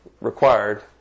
required